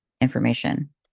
information